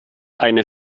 eine